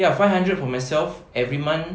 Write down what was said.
ya five hundred for myself every month